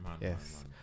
yes